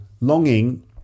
Longing